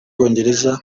bwongereza